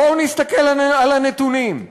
בואו נסתכל על הנתונים: